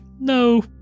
no